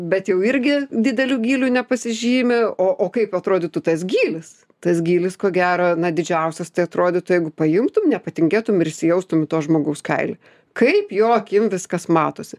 bet jau irgi dideliu gyliu nepasižymi o o kaip atrodytų tas gylis tas gylis ko gero na didžiausias tai atrodytų jeigu paimtum nepatingėtum ir įsijaustum į to žmogaus kaily kaip jo akim viskas matosi